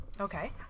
Okay